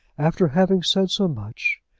after having said so much,